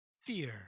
Fear